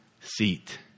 seat